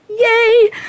Yay